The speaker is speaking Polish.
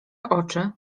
oczy